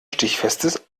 stichfestes